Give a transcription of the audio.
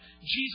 Jesus